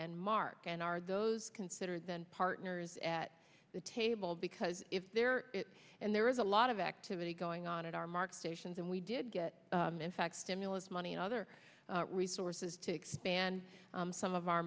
and mark and are those considered then partners at the table because if there is and there is a lot of activity going on at our market stations and we did get in fact stimulus money other resources to expand some of our